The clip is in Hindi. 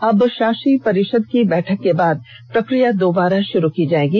अब शासी परिषद की बैठक के बाद प्रक्रिया दोबारा से शुरू की जाएगी